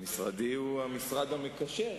משרדי הוא המשרד המקשר,